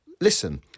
Listen